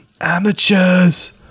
Amateurs